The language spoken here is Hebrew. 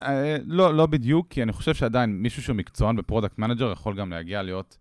לא, לא בדיוק כי אני חושב שעדיין מישהו שהוא מקצוען ופרודקט מנאג'ר יכול גם להגיע להיות.